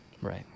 right